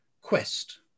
quest